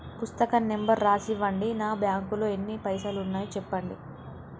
పుస్తకం నెంబరు రాసి ఇవ్వండి? నా బ్యాంకు లో ఎన్ని పైసలు ఉన్నాయో చెప్పండి?